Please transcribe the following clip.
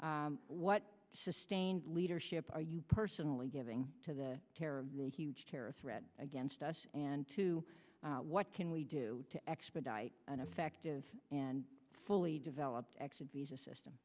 what sustained leadership are you personally giving to the terror huge terror threat against us and to what can we do to expedite an effective and fully developed exit visa system